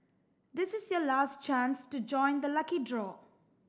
this is your last chance to join the lucky draw